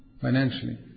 financially